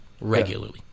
regularly